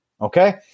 Okay